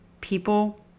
People